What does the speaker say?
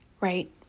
right